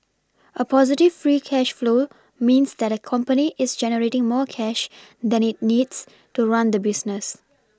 a positive free cash flow means that a company is generating more cash than it needs to run the business